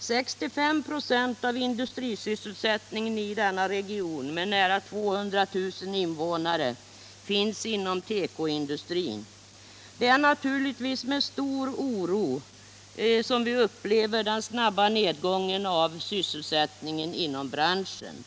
65 96 av industrisysselsättningen i denna region med nära 200 000 invånare finns inom tekoindustrin. Det är naturligtvis med stor oro som vi upplever den snabba nedgången av sysselsättningen inom branschen.